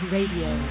Radio